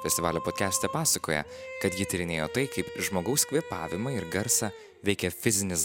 festivalio podkeste pasakoja kad ji tyrinėjo tai kaip žmogaus kvėpavimą ir garsą veikia fizinis